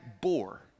bore